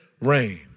rain